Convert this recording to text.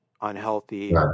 unhealthy